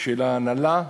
שתהיה לה הנהלה,